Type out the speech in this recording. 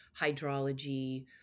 hydrology